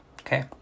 Okay